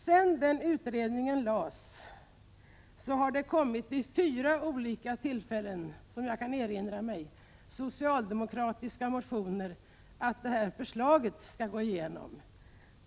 Sedan den utredningen lades fram har vid fyra olika tillfällen som jag erinra mig kommit socialdemokratiska motioner om att detta förslag skulle antas.